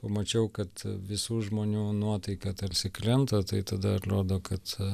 mačiau kad visų žmonių nuotaika tarsi krenta tai tada atrodo kad